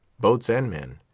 boats and men.